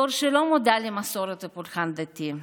דור שלא מודע למסורת ופולחן דתי,